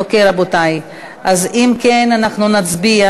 אוקיי, רבותי, אם כן, אנחנו נצביע